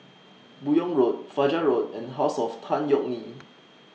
Buyong Road Fajar Road and House of Tan Yeok Nee